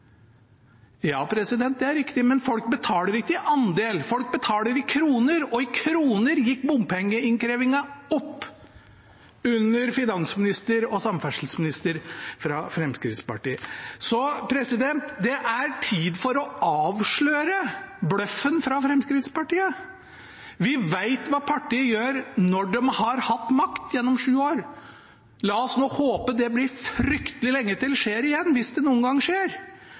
Ja, det er riktig, men folk betaler ikke i andel, folk betaler i kroner, og i kroner gikk bompengeinnkrevingen opp under en finansminister og en samferdselsminister fra Fremskrittspartiet. Så det er tid for å avsløre bløffen fra Fremskrittspartiet. Vi vet hva partiet gjør, når de har hatt makt gjennom sju år. La oss nå håpe det blir fryktelig lenge til det skjer igjen – hvis det noen gang skjer.